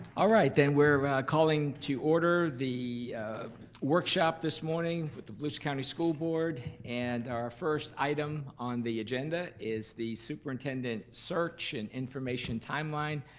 all right, then we're calling to order the workshop this morning with the volusia county school board, and the first item on the agenda is the superintendent search and information timeline.